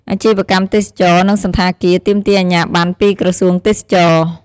អាជីវកម្មទេសចរណ៍ និងសណ្ឋាគារ ទាមទារអាជ្ញាប័ណ្ណពីក្រសួងទេសចរណ៍។